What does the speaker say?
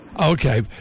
okay